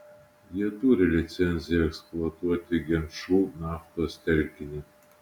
jie turi licenciją eksploatuoti genčų naftos telkinį